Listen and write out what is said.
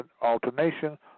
alternation